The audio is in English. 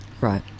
Right